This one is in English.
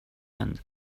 end